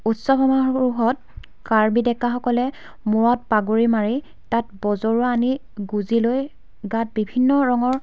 উৎসৱ সমাৰোহত কাৰ্বি ডেকাসকলে মূৰত পাগুৰি মাৰি তাত বজৰু আনি গোঁজি লৈ গাত বিভিন্ন ৰঙৰ